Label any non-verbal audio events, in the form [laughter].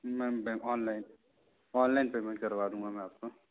[unintelligible] online online payment करवा दूँगा मैं आपको